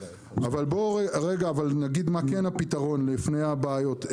אבל נגיד מה כן הפתרון לפני הבעיות.